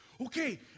Okay